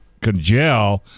congel